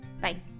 Bye